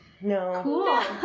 No